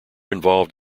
involved